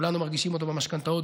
כולנו מרגישים אותו במשכנתאות,